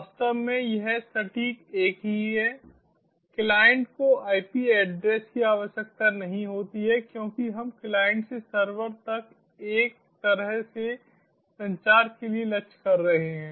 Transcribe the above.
वास्तव में यह सटीक एक ही है क्लाइंट को आईपी एड्रेस की आवश्यकता नहीं होती है क्योंकि हम क्लाइंट से सर्वर तक एक तरह से संचार के लिए लक्ष्य कर रहे हैं